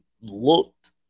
looked